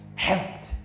helped